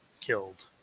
killed